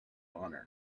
honor